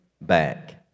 Back